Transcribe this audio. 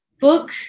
book